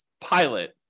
pilot